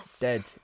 Dead